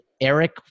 Eric